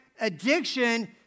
addiction